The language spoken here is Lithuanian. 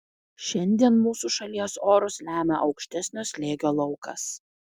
šiandien mūsų šalies orus lemia aukštesnio slėgio laukas